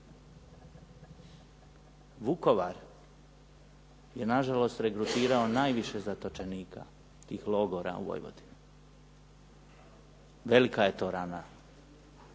Vukovar je nažalost regrutirao najviše zatočenika tih logora u Vojvodini. Velika je to rana